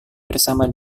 bersama